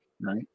right